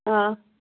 آ